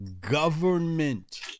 Government